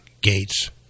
gates